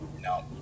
No